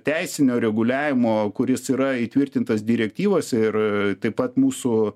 teisinio reguliavimo kuris yra įtvirtintas direktyvose ir taip pat mūsų